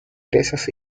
presas